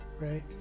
right